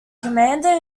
commander